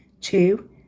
two